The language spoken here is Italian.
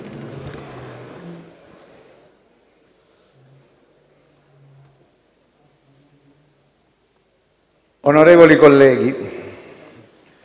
Onorevoli Colleghi,